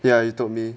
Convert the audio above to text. ya you told me